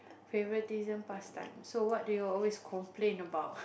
favouritism past type so what do you always complain about